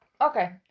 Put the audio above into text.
Okay